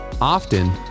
Often